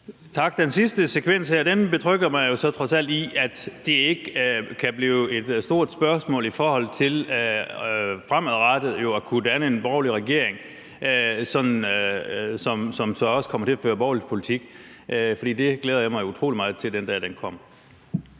Tak. Den sidste sekvens betrygger mig så trods alt i, at det ikke kan blive et stort spørgsmål i forhold til fremadrettet at kunne danne en borgerlig regering, som så også kommer til at føre borgerlig politik. Jeg glæder mig utrolig meget til, at den dag